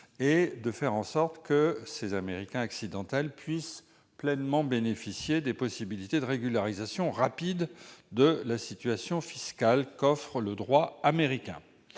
simplifiée, et que ces Américains accidentels puissent pleinement bénéficier des possibilités de régularisation rapide de la situation fiscale qu'offre le droit américain.